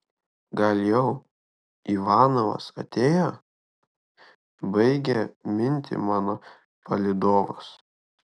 gal jau ivanovas atėjo baigia mintį mano palydovas